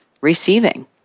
receiving